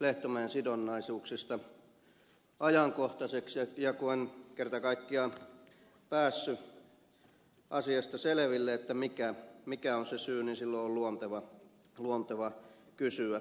lehtomäen sidonnaisuuksista ajankohtaiseksi ja kun en kerta kaikkiaan päässyt asiasta selville mikä on se syy niin silloin on luontevaa kysyä